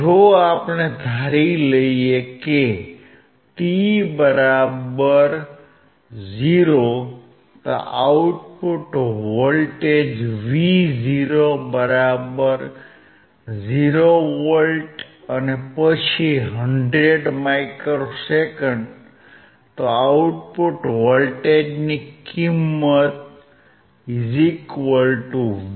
જો આપણે ધારી લઇએ કે t0 તો આઉટ્પુટ વોલ્ટેજ V0 0V અને પછી 100 μs તો આઉટ્પુટ વોલ્ટેજની કિંમત V07